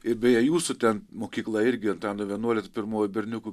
ir beje jūsų ten mokykla irgi antano vienuolio ta pirmoji berniukų